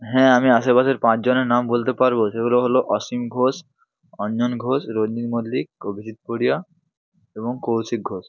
হ্যাঁ আমি আশেপাশের পাঁচজনের নাম বলতে পারব সেগুলো হল অসীম ঘোষ অঞ্জন ঘোষ রঞ্জিত মল্লিক অভিজিৎ পুরিয়া এবং কৌশিক ঘোষ